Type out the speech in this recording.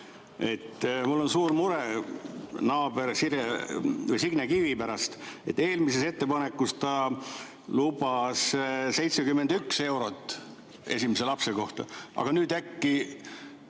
Mul on suur mure naaber Signe Kivi pärast. Eelmises ettepanekus ta lubas 71 eurot esimese lapse kohta, aga nüüd äkki